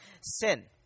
sin